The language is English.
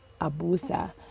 Abusa